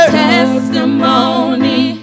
testimony